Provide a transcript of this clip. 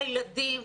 לילדים,